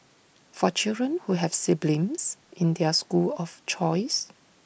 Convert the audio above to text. for children who have siblings in their school of choice